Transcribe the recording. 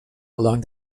along